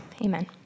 amen